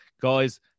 Guys